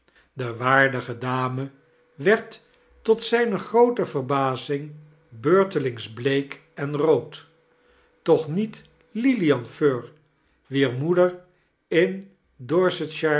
de waardige dame weed tot zijne groote verbazing beurtelings bleek en rood toch niet lilian fern wier moeder in